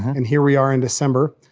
and here we are in december.